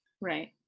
Right